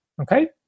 Okay